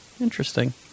Interesting